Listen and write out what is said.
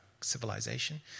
civilization